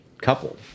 couple